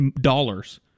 dollars